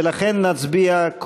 ולכן נצביע,